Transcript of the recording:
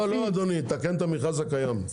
לא אדוני, תקן את המכרז הקיים.